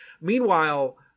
Meanwhile